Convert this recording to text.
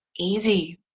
easy